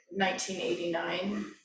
1989